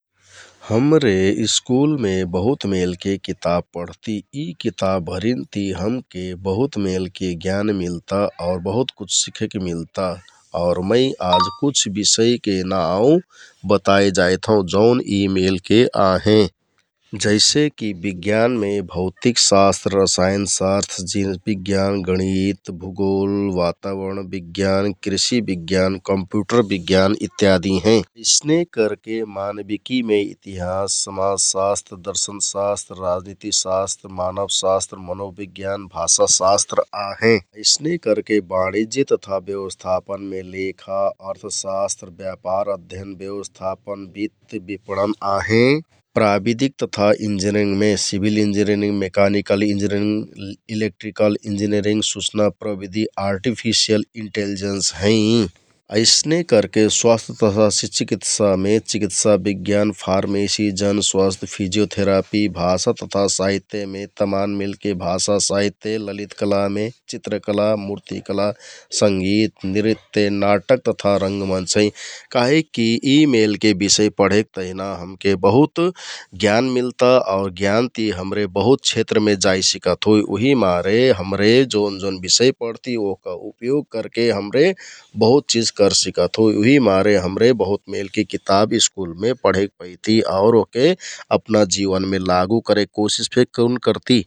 हमरे स्कुलमे बहुत मेलके किताब पढ्ति, इ किताबभरिन ति हमके बहुत मेलके ज्ञान मिलता आउर बहुत कुछ सिखेक मिलता । आउर मै आज कुछ बिषयके नाउँ बताइ जाइथौं जौन यि मेलके आहें जैसेकि बिज्ञानमे भौतिकशास्त्र, रसाइनशास्त्र, जिन्सबिज्ञान, गणित भुगोल, बाताबरण बिज्ञान, कृषि बिज्ञान, कम्प्युटर बिज्ञान इत्यादि हें । अइसने करके मानविकिमे इतिहास, समाजशास्त्र, दर्शनशास्त्र, राजनितीशास्त्र, मानवशास्त्र, मनोबिज्ञान, भाषाशास्त्र आहें । अइसने करके बाणिज्य तथा ब्यवस्थापनमे लेखा, अर्थशास्त्र, ब्यापार अध्ययन, ब्यवस्थापन, बित्त आहें । प्राबिधिक तथा इन्जिनियरिङ्गमे civil engineering, mechanical engineering, electrical engineering, सुचना प्रविधि आर्टिफिसियल इन्टेलिजेन्स हैं । अइसने करके स्वास्थ तथा चिकित्सा बिज्ञान, फ्रार्मेसी, जनस्वास्थ, फिजियोथेरापी । भाषा तथा साहित्यमे तमान मेलके भाषा साहित्य ललितकला चित्रकला, मुर्तिकला, संगित, नृत्य, नाटक, तथा रंग मन्च हैं । काहिककि यि मेलके बिषय पढेक तहिना हमके बहुत ज्ञान मिलता आउ ज्ञानति हमरे बहुत क्षेत्रमे जाइ सिकत होइ । उहिमारे हमरे जोन जोन बिषय पढती ओहका उपयोग करके हमरे बहुत चिझ करसिकत होइ उहिमारे बहुत मेलके किताब स्कुलमे पढेक पैति आउर ओहके अपना जिवनमे लागु करेक कोसिस फेकुन करति ।